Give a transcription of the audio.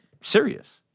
serious